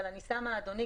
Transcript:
אבל אני בכל זאת שמה אותו.